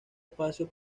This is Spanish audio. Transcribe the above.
espacio